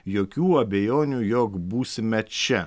jokių abejonių jog būsime čia